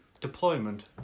deployment